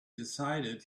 decided